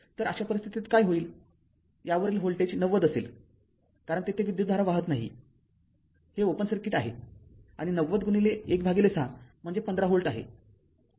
तर अशा परिस्थितीत काय होईल यावरील व्होल्टेज ९० असेल कारणयेथे विद्युतधारा वाहत नाही हे ओपन सर्किट आहे आणि ९०१६ म्हणजे १५ व्होल्ट आहे